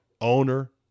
Owner